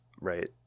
right